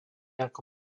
ako